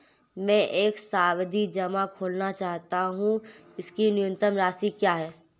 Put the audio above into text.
मैं एक सावधि जमा खोलना चाहता हूं इसकी न्यूनतम राशि क्या है?